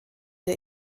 der